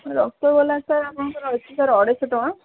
rasgulla sir ଆପଣଙ୍କର ଅଛି sir ଅଢ଼େଇ ଶହ ଟଙ୍କା